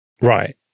Right